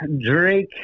Drake